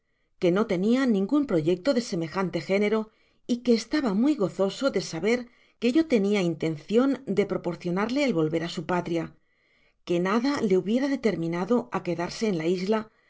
que no tenia ningun proyecto de semejante género y que estaba muy gozoso de saber que yo tenia intencion de proporcionarle el volver á su patria que nada le hubiera determinado á quedarse en la isla